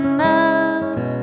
love